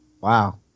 wow